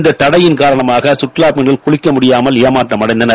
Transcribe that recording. இந்த தடை காரணமாக கற்றுலாப் பயணிகள் குளிக்க முடியாமல் ஏமாற்றமடைந்தனர்